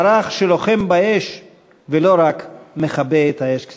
מערך שלוחם באש ולא רק מכבה את האש כשצריך,